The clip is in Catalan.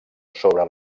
sobre